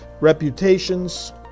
reputations